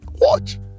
Watch